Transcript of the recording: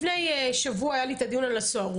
לפני שבוע היה לי את הדיון על הסוהרות,